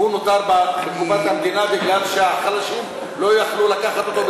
הוא נותר בקופת המדינה כי החלשים לא יכלו לקחת אותו,